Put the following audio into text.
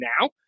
now